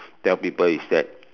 tell people is that